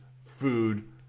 food